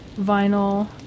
vinyl